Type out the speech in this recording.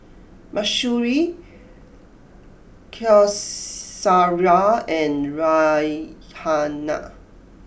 Mahsuri Qaisara and Raihana